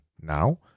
now